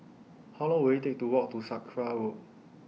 How Long Will IT Take to Walk to Sakra Road